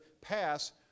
pass